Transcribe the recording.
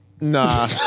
Nah